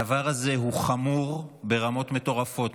הדבר הזה הוא חמור ברמות מטורפות.